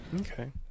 okay